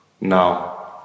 now